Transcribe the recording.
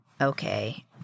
okay